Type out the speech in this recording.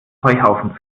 heuhaufen